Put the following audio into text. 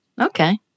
Okay